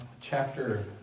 chapter